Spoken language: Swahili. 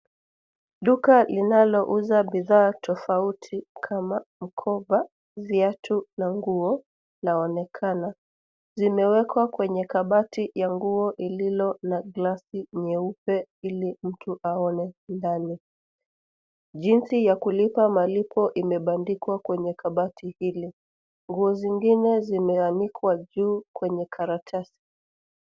Duka linalouza bidhaa tofauti kama mkoba, viatu na nguo vinaonekana. Zimewekwa kenye kabati ya nguo ililo na glasi nyeupe ili mtu aone ndani. Jinsi ya kulipa malipo imebandikwa kwenye kabati hili. Nguo zingine zimeanikwa juu kwenye karatasi.